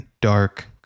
dark